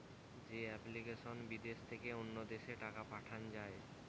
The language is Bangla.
যে এপ্লিকেশনে বিদেশ থেকে অন্য দেশে টাকা পাঠান যায়